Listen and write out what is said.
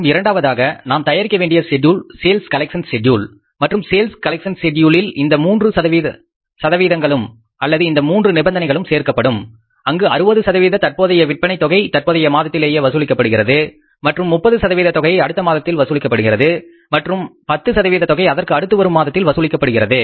மற்றும் இரண்டாவதாக நாம் தயாரிக்க வேண்டிய செட்யூல் சேல்ஸ் கலெக்சன் செட்யூல் மற்றும் சேல்ஸ் கலெக்சன் செட்யூல் இல் இந்த 3 சதவீதங்களும் அல்லது இந்த மூன்று நிபந்தனைகளும் சேர்க்கப்படும் அங்கு 60 சதவீத தற்போதைய விற்பனை தொகை தற்போதைய மாதத்திலேயே வசூலிக்கப்படுகிறது மற்றும் 30 சதவீத தொகையை அடுத்த மாதத்தில் வசூலிக்கப்படுகிறது மற்றும் பத்து சதவீதத் தொகை அதற்கு அடுத்து ஒரு மாதத்தில் வசூலிக்கப்படுகிறது